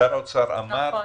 ששר האוצר אמר בפיו: